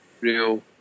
Real